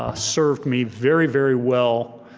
ah served me very, very well,